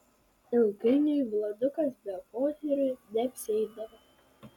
ilgainiui vladukas be poterių neapsieidavo